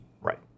Right